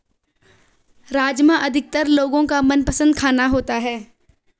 राजमा अधिकतर लोगो का मनपसंद खाना होता है